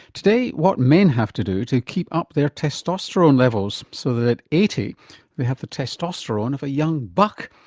today what men have to do to keep up their testosterone levels so that at eighty they have the testosterone of a young buck,